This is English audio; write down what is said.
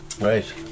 right